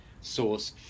source